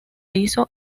hizo